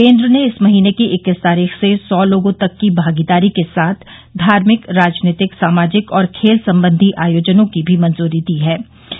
केन्द्र ने इस महीने की इक्कीस तारीख से सौ लोगों तक की भागीदारी के साथ धार्मिक राजनीतिक सामाजिक और खेल संबंधी आयोजनों की भी मंजूरी दी थी